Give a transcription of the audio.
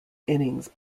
innings